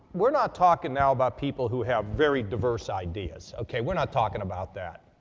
we're not talking now about people who have very diverse ideas. okay. we're not talking about that.